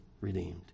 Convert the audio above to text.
redeemed